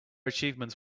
achievements